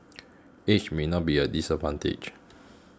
age may not be a disadvantage